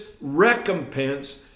recompense